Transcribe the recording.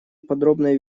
подробной